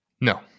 No